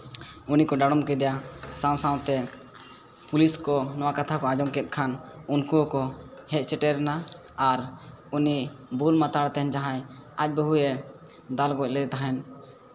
ᱩᱱᱤ ᱠᱚ ᱰᱟᱲᱚᱢ ᱠᱮᱫᱮᱭᱟ ᱥᱟᱶ ᱥᱟᱶᱛᱮ ᱯᱩᱞᱤᱥ ᱠᱚ ᱱᱚᱣᱟ ᱠᱟᱛᱷᱟ ᱠᱚ ᱟᱸᱡᱚᱢ ᱠᱮᱫ ᱠᱷᱟᱱ ᱩᱱᱩ ᱦᱚᱸᱠᱚ ᱦᱮᱡᱽ ᱥᱮᱴᱮᱨᱮᱱᱟ ᱟᱨ ᱩᱱᱤ ᱵᱩᱞ ᱢᱟᱛᱟᱞᱟᱛᱮ ᱡᱟᱦᱟᱸ ᱟᱡᱽ ᱵᱟᱦᱩᱭᱮ ᱫᱟᱞ ᱜᱚᱡᱽ ᱞᱮᱫᱮ ᱛᱟᱦᱮᱸᱫ